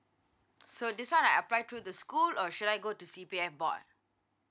so this one I apply through the school or should I go to C_P_F board